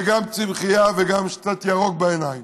וגם צמחייה וגם קצת ירוק בעיניים?